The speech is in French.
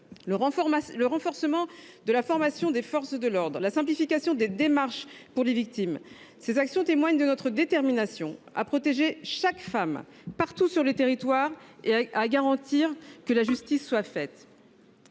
Le renforcement de la formation des forces de l’ordre, la simplification des démarches des victimes témoignent de notre détermination à protéger chaque femme, partout sur le territoire, et à garantir que justice soit faite.